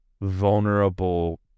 vulnerable